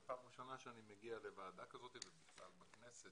זו פעם ראשונה שאני מגיע לוועדה כזאת ובכלל בכנסת,